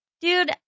Dude